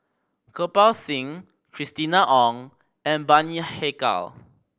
Kirpal Singh Christina Ong and Bani Haykal